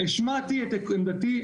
השמעתי את עמדתי,